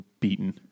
beaten